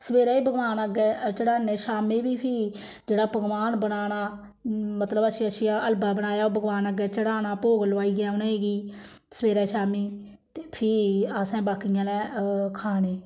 सवेरै बी भगवान अग्गें चढ़ान्नें शामीं बी फ्ही जेह्ड़ा पकोआन बनाना मतलब अच्छी अच्छी हलवा बनाया ओह् भगवान अग्गें चढ़ाना भोग लोआइयै उ'नें गी सवेरै शामीं ते फ्ही असें बाकी आह्लें खानी